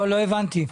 לא הבנתי.